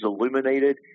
illuminated